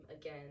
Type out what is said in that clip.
again